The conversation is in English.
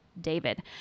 David